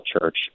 Church